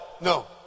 No